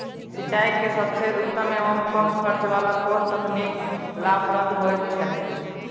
सिंचाई के सबसे उत्तम एवं कम खर्च वाला कोन तकनीक लाभप्रद होयत छै?